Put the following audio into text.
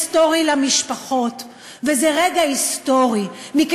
זה רגע היסטורי למשפחות,